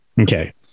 Okay